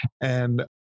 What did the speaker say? And-